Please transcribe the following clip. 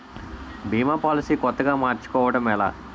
భీమా policy కొత్తగా మార్చుకోవడం ఎలా?